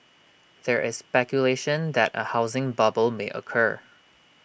there is speculation that A housing bubble may occur